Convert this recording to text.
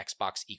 Xbox